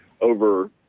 over